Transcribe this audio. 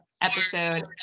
episode